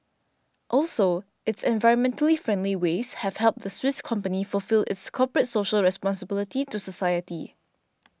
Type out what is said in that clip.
also its environmentally friendly ways have helped the Swiss company fulfil its corporate social responsibility to society